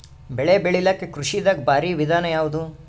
ಬೆಳೆ ಬೆಳಿಲಾಕ ಕೃಷಿ ದಾಗ ಭಾರಿ ವಿಧಾನ ಯಾವುದು?